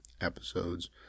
episodes